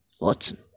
Watson